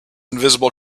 invisible